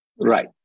Right